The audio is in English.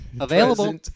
available